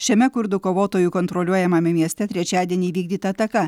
šiame kurdų kovotojų kontroliuojamame mieste trečiadienį įvykdyta ataka